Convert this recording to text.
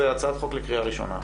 זאת הצעת חוק לקריאה ראשונה.